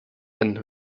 and